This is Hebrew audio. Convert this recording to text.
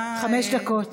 חמש דקות.